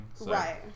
Right